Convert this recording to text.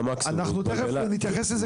תכף נתייחס לזה,